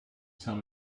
tell